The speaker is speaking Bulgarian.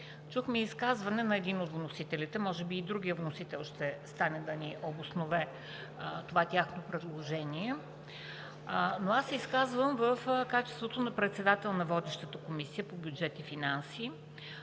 чухме и изказване на един от вносителите може би и другият вносител ще стане да обоснове това тяхно предложение. Изказвам се в качеството на председател на водещата Комисия по бюджет и финанси,